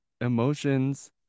emotions